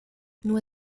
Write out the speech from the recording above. nur